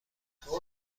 ازجمله